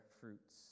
fruits